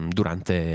durante